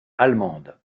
allemande